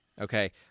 Okay